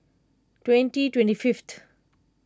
twenty twenty fifth